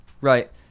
Right